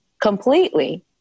completely